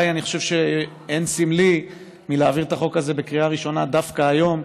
אני חושב שאין סמלי מלהעביר את החוק הזה בקריאה ראשונה דווקא היום,